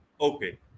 Okay